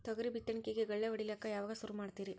ತೊಗರಿ ಬಿತ್ತಣಿಕಿಗಿ ಗಳ್ಯಾ ಹೋಡಿಲಕ್ಕ ಯಾವಾಗ ಸುರು ಮಾಡತೀರಿ?